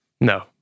No